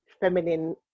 feminine